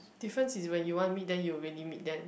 difference is when you want meet then you'll really meet then